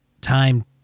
time